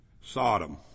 Sodom